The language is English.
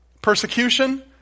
persecution